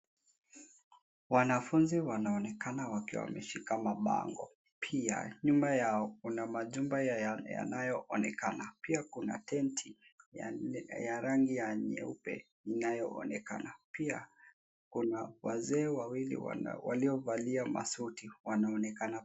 Wanafunzi wanaonekana wakiwa wameshika mabango. Pia nyuma yao una majumba ya yanayoonekana. Pia kuna tenti ya rangi ya nyeupe inayoonekana. Pia kuna wazee wawili waliovalia masuti wanaonekana.